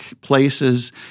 places